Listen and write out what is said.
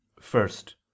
first